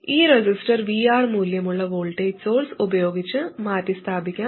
ഈ resistor VR മൂല്യമുള്ള voltage source ഉപയോഗിച്ച് മാറ്റിസ്ഥാപിക്കാം